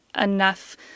enough